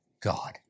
God